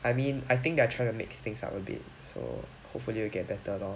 I mean I think they're trying to mix things up a bit so hopefully we'll get better lor